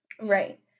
Right